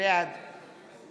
בעד